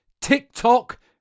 TikTok